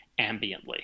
ambiently